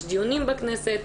יש דיונים בכנסת,